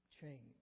change